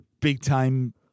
big-time